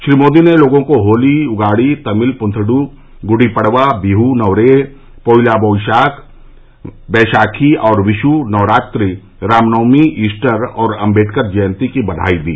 श्री मोदी ने लोगों को होली उगाड़ी तमिल प्थंड् गुड़ी पड़वा बिहू नवरेह पोइला बोईशाख बैसाखी और विश् नवरात्रि रामनवमी ईस्टर और अंबेडकर जयंती की बधाई दी